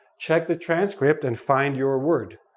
check the transcript and find your word.